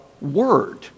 word